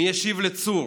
מי ישיב לצור?